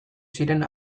ziren